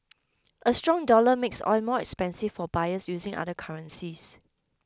a strong dollar makes oil more expensive for buyers using other currencies